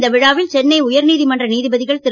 இந்த விழாவில் சென்னை உயர்நீதி மன்ற நீதிபதிகள் திரு